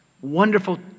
Wonderful